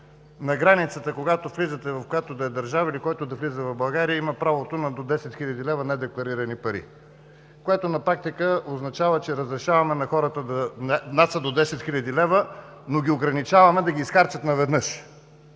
На границата, когато влизате, в която и да е държава или който й да влиза в България, има правото на до 10 хил. лв. недекларирани пари, което на практика означава, че разрешаваме на хората да внасят до 10 хил. лв., но ги ограничаваме да ги изхарчат наведнъж.